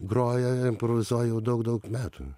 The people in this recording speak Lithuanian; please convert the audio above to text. groja improvizuoja jau daug daug metų